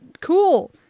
cool